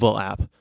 app